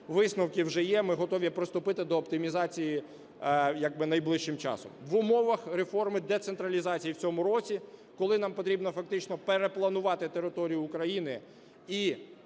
Висновки вже є. Ми готові приступити до оптимізації як би найближчим часом. В умовах реформи децентралізації в цьому році, коли нам потрібно фактично перепланувати територію України